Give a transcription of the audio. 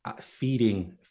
feeding